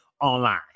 online